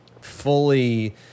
fully